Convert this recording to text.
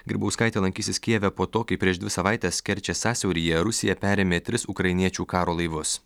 grybauskaitė lankysis kijeve po to kai prieš dvi savaites kerčės sąsiauryje rusija perėmė tris ukrainiečių karo laivus